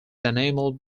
animal